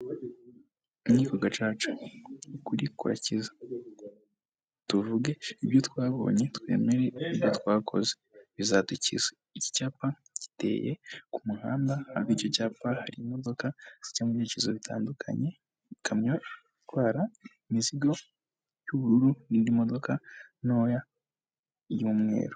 Inkiko gacaca. Ukuri kurakiza, tuvuge ibyo twabonye, twemere ibyo twakoze bizadukiza. Iki cyapa giteye ku muhanda, aho icyo cyapara imodoka zijya mubyerekezo bitandukanye, ikamyo itwara imizigo y'ubururu, n'indimodoka ntoya y'umweru.